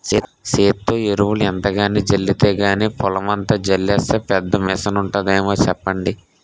సేత్తో ఎరువులు ఎంతకని జల్లేది గానీ, పొలమంతా జల్లీసే పెద్ద మిసనుంటాదేమో సెప్పండి?